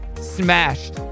smashed